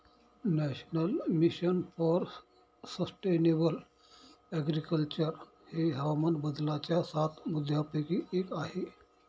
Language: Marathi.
national mission for sustainable agriculture हे हवामान बदलाच्या सात मुद्यांपैकी एक आहे